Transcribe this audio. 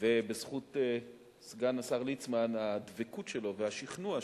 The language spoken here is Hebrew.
ובזכות סגן השר ליצמן, הדבקות שלו והשכנוע שלו,